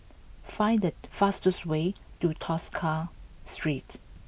find the fastest way to Tosca Street